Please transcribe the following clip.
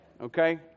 okay